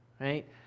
right